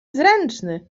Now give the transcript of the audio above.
zręczny